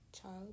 child